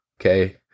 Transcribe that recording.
Okay